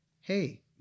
hey